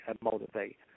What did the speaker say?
motivate